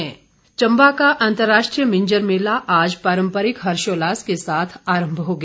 मिंजर मेला चम्बा का अंतर्राष्ट्रीय मिंजर मेला आज पारम्परिक हर्षोल्लास के साथ आरम्भ हो गया